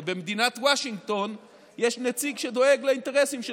במדינת וושינגטון יש נציג שדואג לאינטרסים של